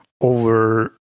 over